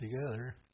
together